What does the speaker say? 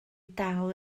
dal